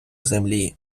землі